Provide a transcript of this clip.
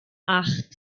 acht